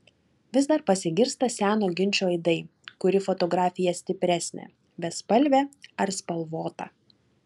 vis dar pasigirsta seno ginčo aidai kuri fotografija stipresnė bespalvė ar spalvota